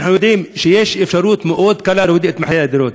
ואנחנו יודעים שיש אפשרות מאוד קלה להוריד את מחירי הדירות,